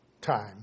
time